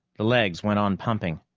the legs went on pumping,